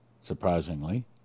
surprisingly